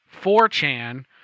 4chan